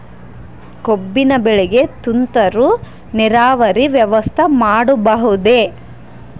ಕಬ್ಬಿನ ಬೆಳೆಗೆ ತುಂತುರು ನೇರಾವರಿ ವ್ಯವಸ್ಥೆ ಮಾಡಬಹುದೇ?